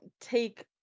take